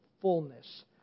fullness